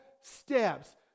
steps